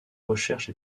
recherches